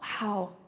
wow